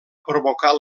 provocar